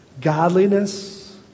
godliness